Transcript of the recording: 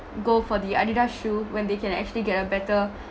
go for the adidas shoe when they can actually get a better